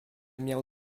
miał